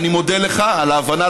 אני מודה לך על ההבנה,